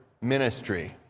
ministry